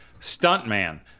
Stuntman